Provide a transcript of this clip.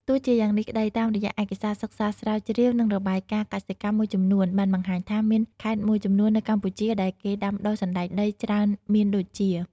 ទោះជាយ៉ាងនេះក្តី តាមរយៈឯកសារសិក្សាស្រាវជ្រាវ និងរបាយការណ៍កសិកម្មមួយចំនួន បានបង្ហាញថាមានខេត្តមួយចំនួននៅកម្ពុជាដែលគេដាំដុះសណ្តែកដីច្រើនមានដូចជា។